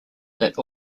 that